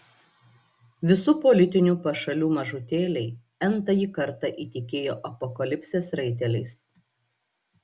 visų politinių pašalių mažutėliai n tąjį kartą įtikėjo apokalipsės raiteliais